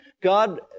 God